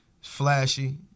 flashy